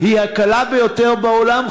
היא הקלה ביותר בעולם,